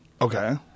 Okay